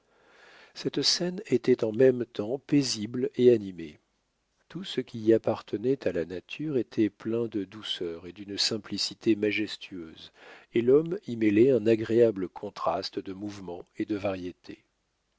cette scène était en même temps paisible et animée tout ce qui y appartenait à la nature était plein de douceur et d'une simplicité majestueuse et l'homme y mêlait un agréable contraste de mouvement et de variété